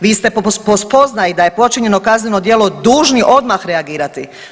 Vi ste po spoznaji da je počinjeno kazneno djelo dužni odmah reagirati.